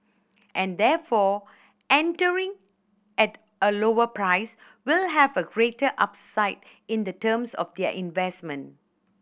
and therefore entering at a lower price will have a greater upside in the terms of their investment